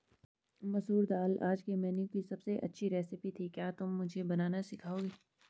मसूर दाल आज के मेनू की अबसे अच्छी रेसिपी थी क्या तुम मुझे बनाना सिखाओंगे?